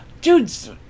dudes